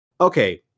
Okay